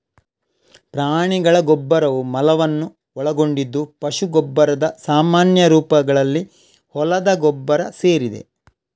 ಪ್ರಾಣಿಗಳ ಗೊಬ್ಬರವು ಮಲವನ್ನು ಒಳಗೊಂಡಿದ್ದು ಪಶು ಗೊಬ್ಬರದ ಸಾಮಾನ್ಯ ರೂಪಗಳಲ್ಲಿ ಹೊಲದ ಗೊಬ್ಬರ ಸೇರಿದೆ